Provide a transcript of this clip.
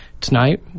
Tonight